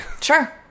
Sure